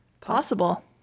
possible